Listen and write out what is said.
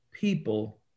people